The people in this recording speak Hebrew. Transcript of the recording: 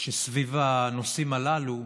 שסביב הנושאים הללו,